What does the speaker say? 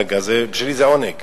בשבילי זה עונג.